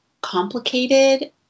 complicated